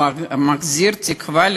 או מחזיר תקווה?